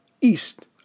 east